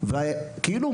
כתושב,